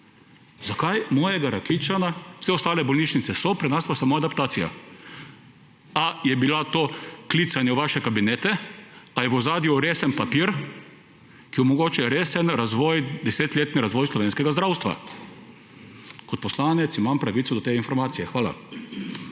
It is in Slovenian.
Zakaj mojega Rakičana, vse ostale bolnišnice so, pri nas pa samo adaptacija? A je bilo to klicanje v vaše kabinete; ali je v ozadju resen papir, ki omogoča resen razvoj, desetletni razvoj slovenskega zdravstva? Kot poslanec imam pravico do te informacije. Hvala.